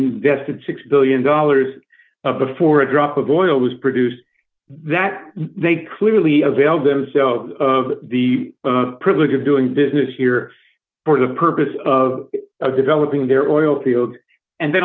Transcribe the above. invested six billion dollars of before a drop of oil was produced that they clearly availed themselves of the privilege of doing business here for the purpose of developing their oil fields and the